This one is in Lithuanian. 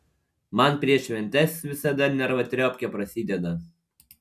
man prieš šventes visada nervatriopkė prasideda